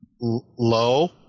low